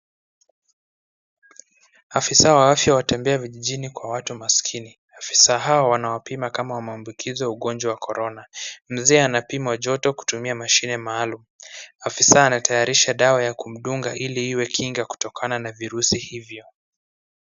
Afisa wa afya watembea vijijni kwa watu maskini. Afisa hawa wanawapima kama wameambikizwa ugonjwa wa korona. Mzee anapimwa joto kutumia mashine maalum. Afisa anatayarisha dawa ya kumdunga ili iwe kinga kutokana na virusi hivyo.